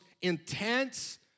intense